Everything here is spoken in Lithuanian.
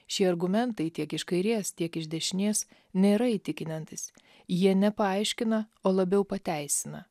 šie argumentai tiek iš kairės tiek iš dešinės nėra įtikinantys jie nepaaiškina o labiau pateisina